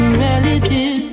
relative